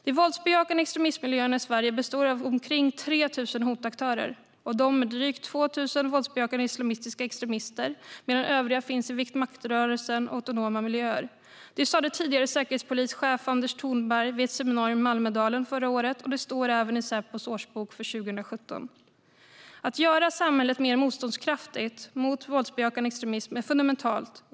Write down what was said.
De våldsbejakande extremistmiljöerna i Sverige består av omkring 3 000 hotaktörer. Av dem är drygt 2 000 våldsbejakande islamistiska extremister, medan övriga finns i vitmaktrörelsen och autonoma miljöer. Det sa tidigare säkerhetspolischef Anders Thornberg vid ett seminarium i Almedalen förra året, och det står även i Säpos årsbok för 2017. Att göra samhället mer motståndskraftigt mot våldsbejakande extremism är fundamentalt.